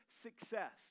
success